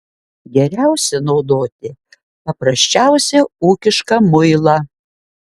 geriausia naudoti paprasčiausią ūkišką muilą